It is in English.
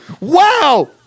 wow